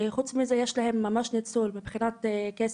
חוץ מזה יש להם ממש ניצול מבחינת כסף,